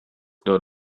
known